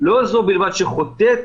לא זו בלבד שחוטאת